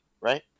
right